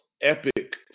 Epic